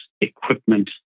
equipment